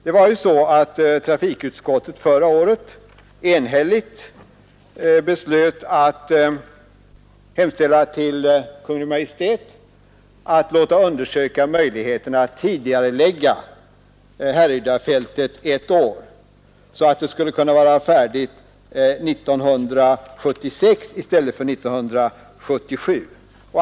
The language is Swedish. Förra året beslöt trafikutskottet enhälligt att hemställa till Kungl. Maj:t att låta undersöka möjligheterna att tidigarelägga Härrydafältet ett år, så att det skulle kunna vara färdigt 1976 i stället för 1977.